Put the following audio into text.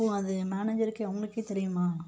ஓ அது மேனேஜர்கே அவனுக்கே தெரியுமா